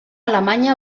alemanya